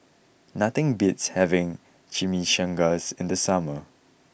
nothing beats having Chimichangas in the summer